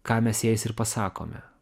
ką mes jais ir pasakome